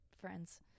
friends